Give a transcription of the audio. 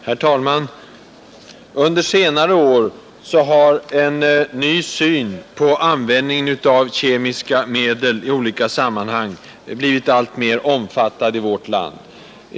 Herr talman! Under senare år har en ny syn på användningen av kemiska medel blivit alltmer omfattad i vårt land.